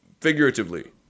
figuratively